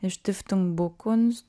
ištiftum bukuns